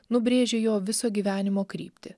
nubrėžė jo viso gyvenimo kryptį